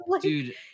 dude